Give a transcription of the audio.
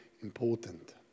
important